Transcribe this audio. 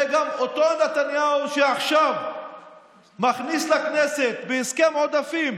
זה גם אותו נתניהו שעכשיו מכניס לכנסת בהסכם עודפים